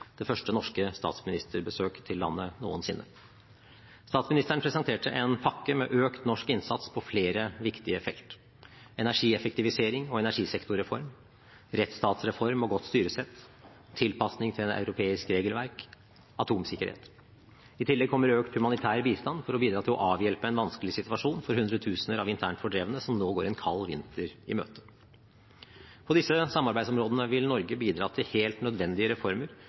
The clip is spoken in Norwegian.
det første norske statsministerbesøket til landet noensinne. Statsministeren presenterte en pakke med økt norsk innsats på flere viktige felt, som energieffektivisering og energisektorreform, rettstatsreform og godt styresett, tilpasning til europeisk regelverk og atomsikkerhet. I tillegg kommer økt humanitær bistand for å bidra til å avhjelpe en vanskelig situasjon for hundretusener av internt fordrevne som nå går en kald vinter i møte. På disse samarbeidsområdene vil Norge bidra til helt nødvendige reformer